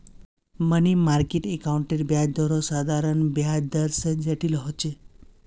money market अकाउंटेर ब्याज दरो साधारण ब्याज दर से जटिल होचे